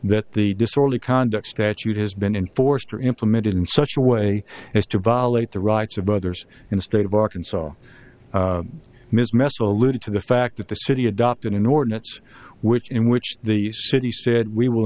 that the disorderly conduct statute has been enforced or implemented in such a way as to violate the rights of others in the state of arkansas ms mess alluded to the fact that the city adopt an inordinate which in which the city said we will